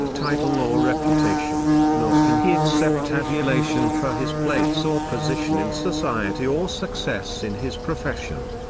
title or reputation nor can he accept adulation for his place or position in society or success in his profession.